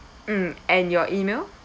mm and your email